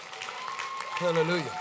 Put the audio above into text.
Hallelujah